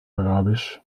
arabisch